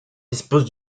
dispose